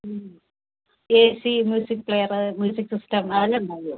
A C music player music system അത് എല്ലാം ഉണ്ടാവുമോ